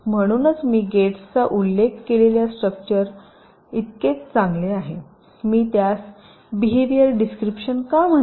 म्हणूनच मी गेट्सचा उल्लेख केलेल्या स्ट्रक्चरलइतकेच चांगले आहे मी त्यास बीहेवियर डिस्क्रिपशन का म्हणतो